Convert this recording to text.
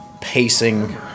pacing